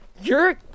You're-